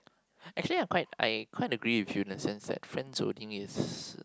actually I'm quite I quite agree with you in a sense that friend zoning is